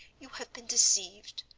you have been deceived.